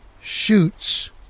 shoots